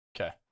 Okay